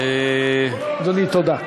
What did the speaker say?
אדוני, תודה.